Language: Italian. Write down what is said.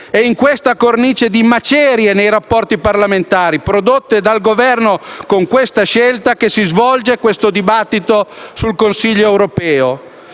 È in questa cornice di macerie nei rapporti parlamentari - prodotte dal Governo con tale scelta - che si svolge il dibattito sul prossimo Consiglio europeo.